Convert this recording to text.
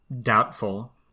Doubtful